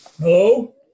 Hello